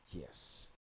Yes